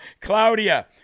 Claudia